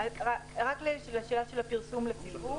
רק לשאלה של הפרסום לציבור